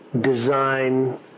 design